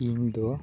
ᱤᱧ ᱫᱚ